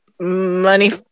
money